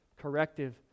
corrective